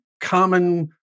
common